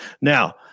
Now